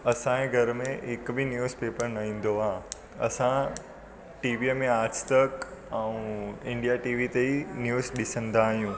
असांजे घर में हिक बि न्यूज पेपर न ईंदो आहे असां टीवीअ में आजतक ऐं इंडिया टी वी ते ई न्यूज़ ॾिसंदा आहियूं